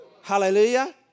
Hallelujah